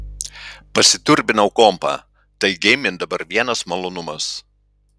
pasiturbinau kompą tai geimint dabar vienas malonumas